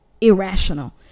irrational